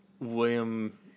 William